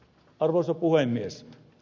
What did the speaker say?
arvoisa puhemies